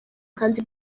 kandi